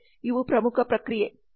ಇವು ಪ್ರಮುಖ ಪ್ರಕ್ರಿಯೆ